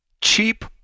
Cheap